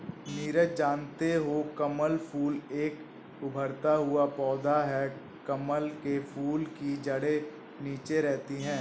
नीरज जानते हो कमल फूल एक उभरता हुआ पौधा है कमल के फूल की जड़े नीचे रहती है